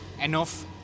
enough